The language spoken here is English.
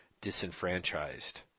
disenfranchised